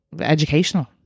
educational